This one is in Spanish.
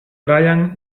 brian